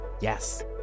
Yes